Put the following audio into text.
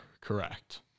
correct